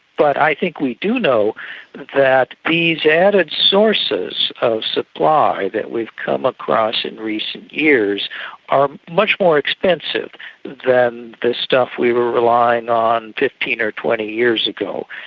but i think we do know that these added sources of supply that we've come across in recent years are much more expensive than the stuff we were relying on fifteen or twenty years ago.